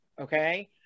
Okay